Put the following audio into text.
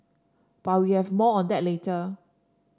but we have more on that later